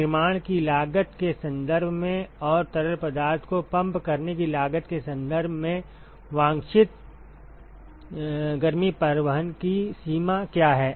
निर्माण की लागत के संदर्भ में और तरल पदार्थ को पंप करने की लागत के संदर्भ में वांछित गर्मी परिवहन की सीमा क्या है